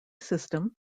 system